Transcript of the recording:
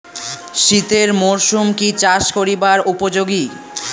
শীতের মরসুম কি চাষ করিবার উপযোগী?